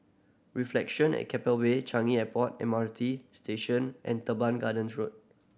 Reflection at Keppel Bay Changi Airport M R T Station and Teban Gardens Road